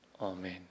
Amen